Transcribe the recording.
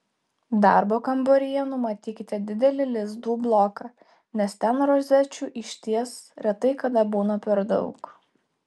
darbo kambaryje numatykite didelį lizdų bloką nes ten rozečių išties retai kada būna per daug